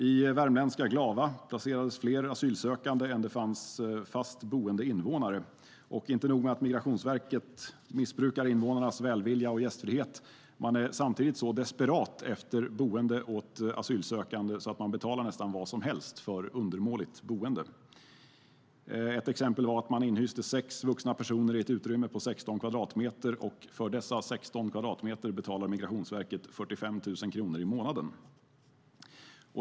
I värmländska Glava placerades fler asylsökande än det finns fast boende invånare. Inte nog med att Migrationsverket missbrukar invånarnas välvilja och gästfrihet. Det är samtidigt så desperat efter boende åt asylsökande att det betalar nästan vad som helst för undermåligt boende. Ett exempel var att man inhyste sex vuxna personer i ett utrymme på 16 kvadratmeter. För dessa 16 kvadratmeter betalar Migrationsverket 45 000 kronor i månaden.